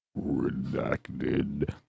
redacted